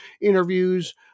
interviews